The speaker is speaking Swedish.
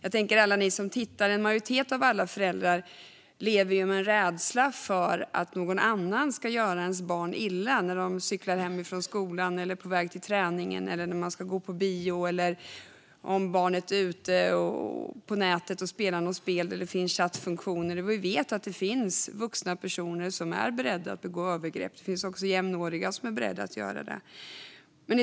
Alla som tittar vet ju att en majoritet av alla föräldrar lever med en rädsla för att någon annan ska göra ens barn illa när de cyklar hem från skolan, är på väg till träningen eller på bio eller när barnet är ute på nätet och spelar något spel där det finns chattfunktioner. Vi vet ju att det finns både vuxna och andra jämnåriga som är beredda att begå övergrepp.